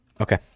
Okay